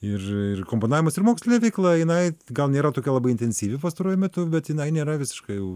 ir komponavimas ir mokslinė veikla jinai gal nėra tokia labai intensyvi pastaruoju metu bet jinai nėra visiškai